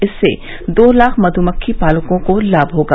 इससे दो लाख मधुमक्खी पालकों को लाभ होगा